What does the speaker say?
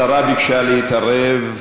השרה ביקשה להתערב.